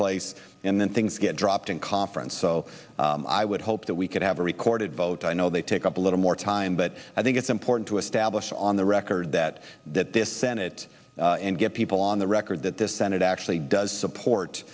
place and then things get dropped in conference so i would hope that we could have a recorded vote i know they take up a little more time but i think it's important to establish on the record that that this senate and get people on the record that the senate actually does support